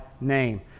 name